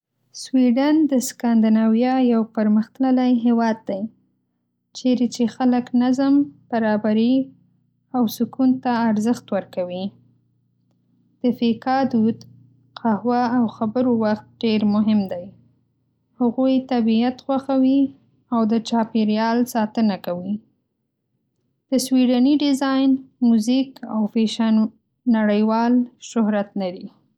سویډن د سکاندناویا یو پرمختللی هېواد دی، چیرې چې خلک نظم، برابري او سکون ته ارزښت ورکوي. د "فیکا" دود (قهوه او خبرو وخت) ډېر مهم دی. هغوی طبیعت خوښوي او د چاپېریال ساتنه کوي. د سویډني ډیزاین، میوزیک او فېشن نړیوال شهرت لري.